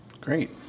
Great